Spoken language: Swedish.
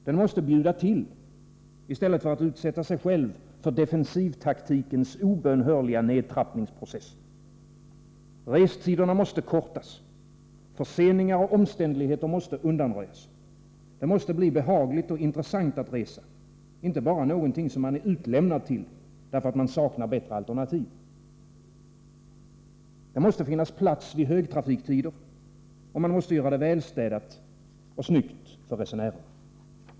Den måste bjuda till i stället för att utsätta sig själv för defensivtaktikens obönhörliga nedtrappningsprocess. Restiderna måste kortas, förseningar och omständligheter måste undanröjas, det måste bli behagligt och intressant att resa — inte bara någonting som man är utlämnad till därför att man saknar bättre alternativ. Det måste finnas plats vid högtrafiktider, man måste göra det välstädat och snyggt för resenärerna.